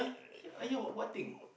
here here what thing